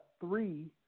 three